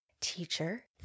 teacher